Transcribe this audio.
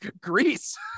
Greece